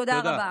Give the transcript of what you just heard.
תודה רבה.